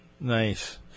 Nice